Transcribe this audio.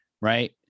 Right